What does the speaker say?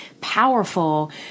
powerful